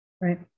Right